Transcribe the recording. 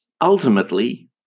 ultimately